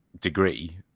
degree